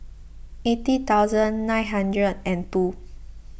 eighty thousand nine hundred and two